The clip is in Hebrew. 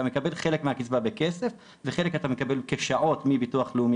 אתה מקבל חלק מהקצבה בכסף וחלק את המקבל כשעות מביטוח לאומי,